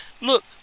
Look